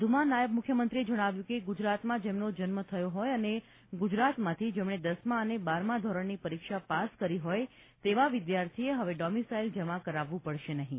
વધુમાં નાયબ મુખ્યમંત્રીએ જણાવ્યું કે ગુજરાતમાં જેમનો જન્મ થયો હોય અને ગુજરાતમાંથી જેમણે દસમાં અને બારમાં ધોરણની પરીક્ષા પાસ કરી હોય તેવા વિદ્યાર્થીએ હવે ડોમિસાઇલ જમા કરાવવું પડશે નહીં